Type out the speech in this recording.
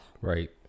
Right